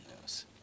news